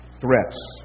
threats